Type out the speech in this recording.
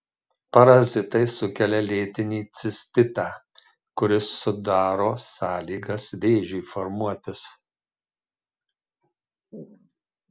parazitai sukelia lėtinį cistitą kuris sudaro sąlygas vėžiui formuotis